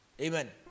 Amen